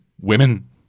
women